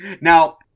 now